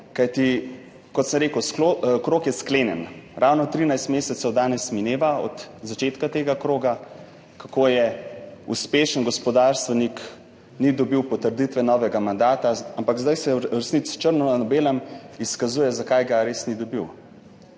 Kajti, kot sem rekel, krog je sklenjen. Danes mineva ravno 13 mesecev od začetka tega kroga, kako uspešen gospodarstvenik ni dobil potrditve novega mandata, ampak zdaj se v resnici črno na belem izkazuje, zakaj ga res ni dobil.